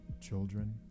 children